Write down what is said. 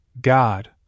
God